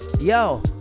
yo